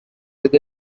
with